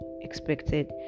expected